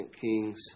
Kings